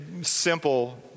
simple